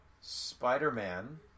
Spider-Man